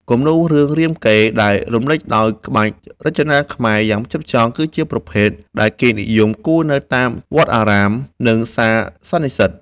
គំនូរ រឿងរាមកេរ្តិ៍ ដែលរំលេចដោយក្បាច់រចនាខ្មែរយ៉ាងផ្ចិតផ្ចង់ គឺជាប្រភេទដែលគេនិយមគូរនៅតាមវត្តអារាម និងសាលសន្និសីទ។